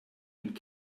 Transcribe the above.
and